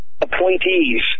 appointees